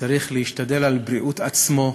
צריך להשתדל על בריאות בעצמו.